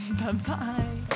Bye-bye